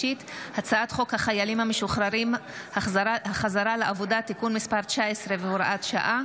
לביצוע חדירה לחומר מחשב המשמש להפעלת מצלמה נייחת ופעולה בו (הוראת שעה,